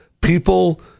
people